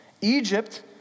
Egypt